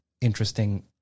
interesting